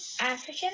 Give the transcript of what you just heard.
African